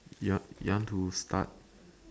young want young want to start